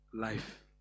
life